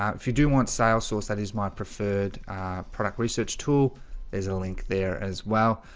um if you do want sales source, that is my preferred product research tool there's a link there as well.